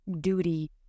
duty